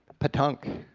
petanque.